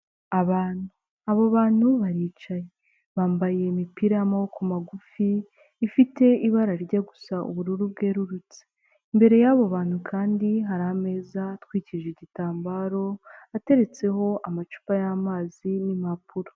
Abantu abo bantu baricaye bambaye imipira y'amaboko magufi ifite ibara rijya gusa ubururu bwerurutse imbere y'abo bantu kandi hari ameza atwikije igitambaro ateretseho amacupa y'amazi n'impapuro.